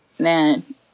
Man